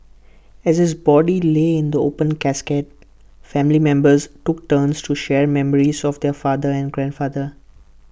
as his body lay in the open casket family members took turns to share memories of their father and grandfather